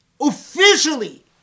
officially